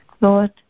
thought